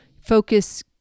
focus